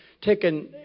taken